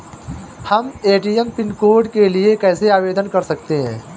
हम ATM pin code के लिए कैसे आवेदन कर सकते हैं?